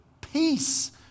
peace